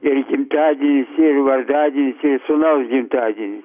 ir gimtadienis ir vardadienis ir sūnaus gimtadienis